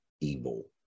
evil